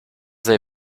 they